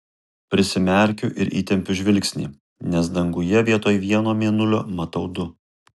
prisimerkiu ir įtempiu žvilgsnį nes danguje vietoj vieno mėnulio matau du